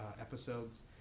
episodes